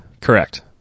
Correct